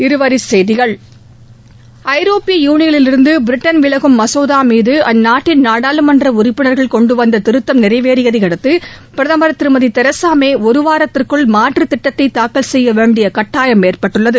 இருவரிச் செய்திகள் ஐரோப்பிய யூனியனிலிருந்து பிரிட்டன் விலகும் மசோதா மீது அந்நாட்டின் நாடாளுமன்ற உறுப்பினர்கள் கொண்டுவந்த திருத்தம் நிறைவேறியதை அடுத்து பிரதமர் திருமதிதேரேஸா மே ஒருவாரத்திற்குள் மாற்றுத் திட்டத்தை தாக்கல் செய்ய வேண்டிய கட்டாயம் ஏற்பட்டுள்ளது